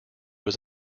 was